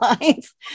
lines